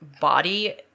body